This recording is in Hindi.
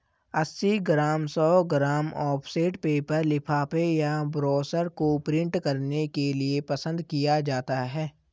अस्सी ग्राम, सौ ग्राम ऑफसेट पेपर लिफाफे या ब्रोशर को प्रिंट करने के लिए पसंद किया जाता है